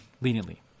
leniently